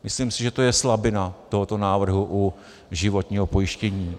Myslím si, že to je slabina tohoto návrhu u životního pojištění.